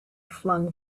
flung